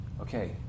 okay